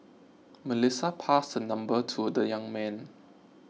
Melissa passed her number to the young man